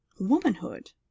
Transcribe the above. womanhood